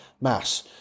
mass